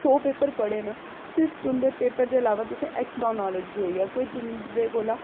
सौ पेपर पढ़े न सिर्फ तुंदे पेपर दे अलावा तुसेंगी एक्सट्रा नॉलेज बी होई जाग कोई तुंदे कोला